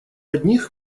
одних